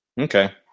Okay